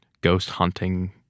ghost-hunting